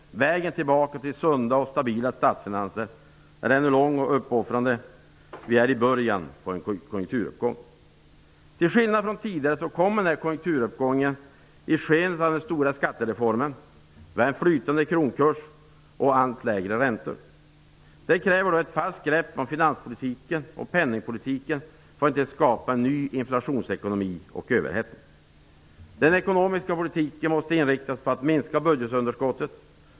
Vägen tillbaka till sunda och stabila statsfinanser är ännu lång och kräver uppoffringar. Vi är i början av en konjunkturuppgång. Till skillnad mot tidigare uppgångar kommer den här konjunkturuppgången i skenet av den stora skattereformen, flytande kronkurs och allt lägre räntor. Det kräver ett fast grepp om finanspolitiken och penningpolitiken för att vi inte skall skapa en ny inflationsekonomi och överhettning. Den ekonomiska politiken måste inriktas på att minska budgetunderskottet.